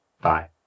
Bye